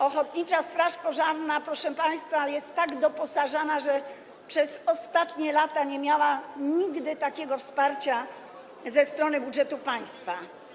Ochotnicza straż pożarna, proszę państwa, jest tak doposażana, że przez ostatnie lata nie miała nigdy takiego wsparcia ze strony budżetu państwa.